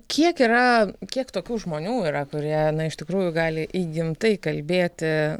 kiek yra kiek tokių žmonių yra kurie iš tikrųjų gali įgimtai kalbėti